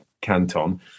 Canton